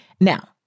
Now